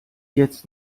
jetzt